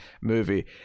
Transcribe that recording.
movie